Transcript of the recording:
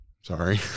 sorry